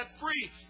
free